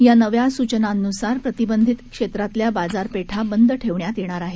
या नव्या सूचनांनुसार प्रतिबंधित क्षेत्रातील बाजारपेठा बंद ठेवण्यात येणार आहेत